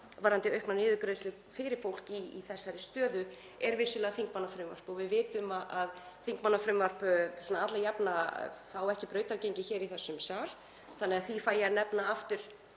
varðandi auknar niðurgreiðslur fyrir fólk í þessari stöðu er vissulega þingmannafrumvarp og við vitum að þingmannafrumvörp fá svona alla jafna ekki brautargengi hér í þessum sal. Ég fæ því að nefna aftur